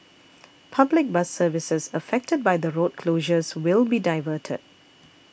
public bus services affected by the road closures will be diverted